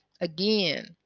again